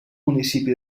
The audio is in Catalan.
municipi